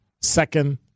second